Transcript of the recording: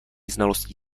znalostí